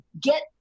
get